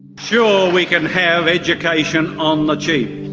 sure, we can have education on the cheap,